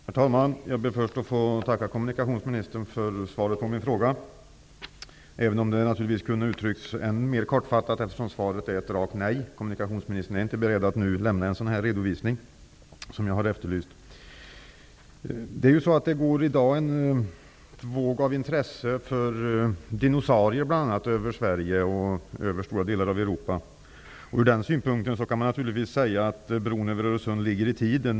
Herr talman! Jag ber först att få tacka kommunikationsministern för svaret på min fråga. Det kunde naturligtvis ha uttryckts ännu mer kortfattat, eftersom svaret är ett blankt nej. Kommunikationsministern är inte beredd att nu lämna en sådan redovisning som jag har efterlyst. I dag går det över Sverige och stora delar av Europa en våg av intresse för dinosaurier. Sett ur den synvinkeln kan man naturligtvis säga att bron över Öresund ligger i tiden.